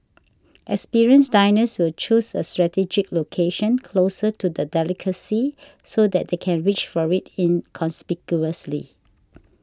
experienced diners will choose a strategic location closer to the delicacy so that they can reach for it inconspicuously